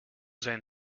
zijn